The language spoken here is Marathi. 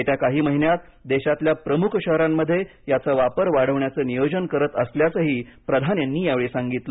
येत्या काही महिन्यात देशातल्या प्रमुख शहरांमध्ये याचा वापर वाढवण्याचं नियोजन करत असल्याचंही प्रधान यांनी यावेळी सांगितलं